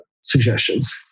suggestions